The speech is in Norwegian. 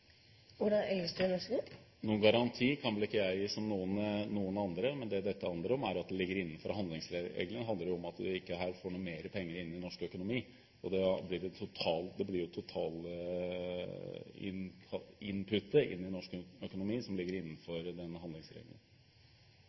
Noen garanti kan vel ikke jeg gi, like lite som noen andre. Men dette handler om at det ligger innenfor handlingsregelen, det handler om at vi ikke her får noe mer penger inn i norsk økonomi. Det blir den totale input inn i norsk økonomi som ligger innenfor handlingsregelen. Replikkordskiftet er omme. Jeg fristes over evne til å kaste meg inn i